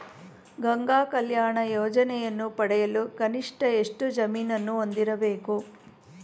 ಗಂಗಾ ಕಲ್ಯಾಣ ಯೋಜನೆಯನ್ನು ಪಡೆಯಲು ಕನಿಷ್ಠ ಎಷ್ಟು ಜಮೀನನ್ನು ಹೊಂದಿರಬೇಕು?